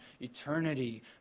eternity